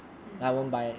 mm